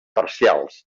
parcials